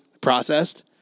processed